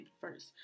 first